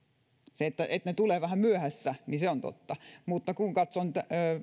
se että että ne tulevat vähän myöhässä on totta mutta kun katson